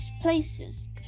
places